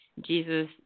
Jesus